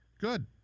Good